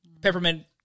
peppermint